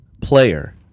player